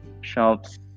shops